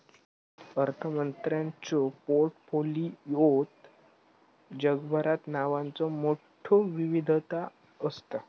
अर्थमंत्र्यांच्यो पोर्टफोलिओत जगभरात नावांचो मोठयो विविधता असता